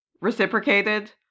reciprocated